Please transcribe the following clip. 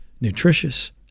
Nutritious